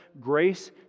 grace